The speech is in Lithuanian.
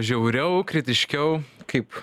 žiauriau kritiškiau kaip